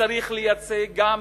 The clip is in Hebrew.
שצריך לייצג גם